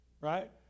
right